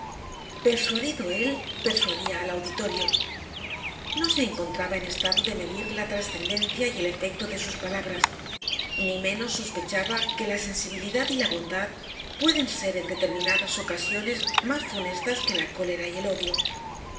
persuadido él persuadía al auditorio no se encontraba en estado de medir la trascendencia y el efecto de sus palabras ni menos sospechaba que la sensibilidad y la bondad pueden ser en determinadas ocasiones más funestas que la cólera y el odio